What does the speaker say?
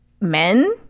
men